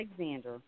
Alexander